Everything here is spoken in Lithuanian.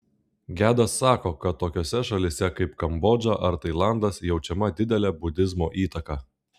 gedas sako kad tokiose šalyse kaip kambodža ar tailandas jaučiama didelė budizmo įtaka